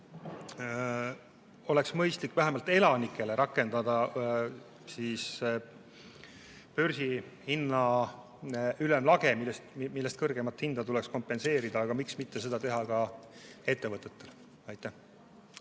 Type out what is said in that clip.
oleks mõistlik vähemalt elanikele rakendada börsihinna ülemlage, millest kõrgemat hinda tuleks kompenseerida, aga miks mitte seda teha ka ettevõtetele. Aitäh!